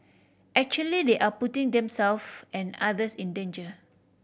actually they are putting themself and others in danger